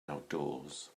outdoors